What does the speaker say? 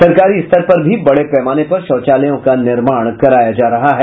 सरकारी स्तर पर भी बड़े पैमाने पर शौचालयों का निर्माण कराया जा रहा है